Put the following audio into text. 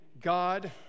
God